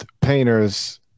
Painter's